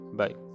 bye